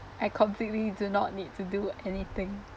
I completely do not need to do anything